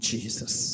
Jesus